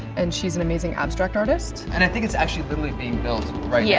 and she's an amazing abstract artist. and i think it's actually, literally being built right yeah